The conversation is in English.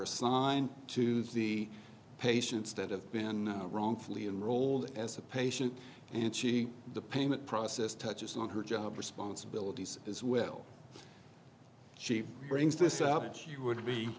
assigned to the patients that have been wrongfully enrolled as a patient and she the payment process touches on her job responsibilities as well she brings this up she would be